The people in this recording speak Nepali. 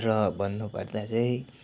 र भन्नुपर्दा चाहिँ